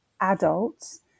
adults –